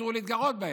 אסור להתגרות בהם.